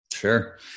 Sure